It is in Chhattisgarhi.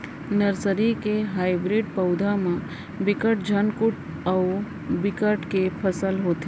नरसरी के हाइब्रिड पउधा म बिकट झटकुन अउ बिकट के फसल होथे